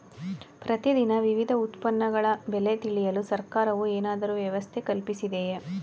ಪ್ರತಿ ದಿನ ವಿವಿಧ ಉತ್ಪನ್ನಗಳ ಬೆಲೆ ತಿಳಿಯಲು ಸರ್ಕಾರವು ಏನಾದರೂ ವ್ಯವಸ್ಥೆ ಕಲ್ಪಿಸಿದೆಯೇ?